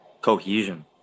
cohesion